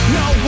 no